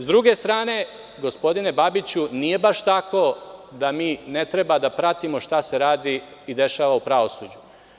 S druge strane, gospodine Babiću, nije baš tako da mi ne treba da pratimo šta se radi i dešava u pravosuđu.